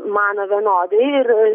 mano vienodai ir